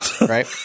Right